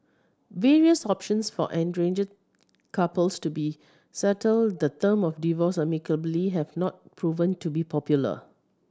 various options for estranged couples to be settle the term of divorce amicably have not proven to be popular